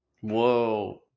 whoa